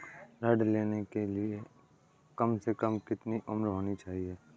ऋण लेने के लिए कम से कम कितनी उम्र होनी चाहिए?